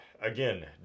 again